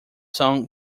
song